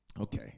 Okay